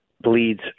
bleeds